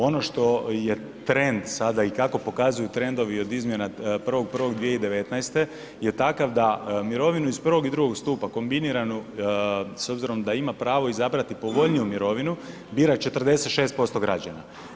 Ono što je trend sada i kako pokazuju trendovi od izmjena 1.1.2019. je takav da mirovinu iz I. i II. stupa kombiniranu s obzirom da ima pravo izabrati povoljniju mirovinu, bira 46% građana.